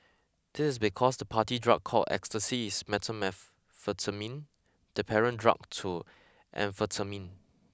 this is because the party drug called Ecstasy is methamphetamine the parent drug to amphetamine